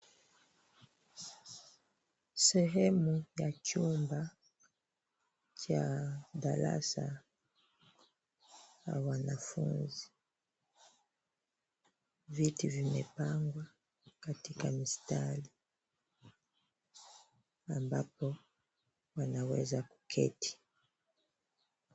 Sehemu ya chumba cha darasa la wanafunzi. Viti vimepangwa katika mistari ambapo wanaweza kuketi.